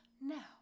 now